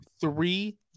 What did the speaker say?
three